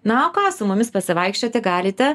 na o ką su mumis pasivaikščioti galite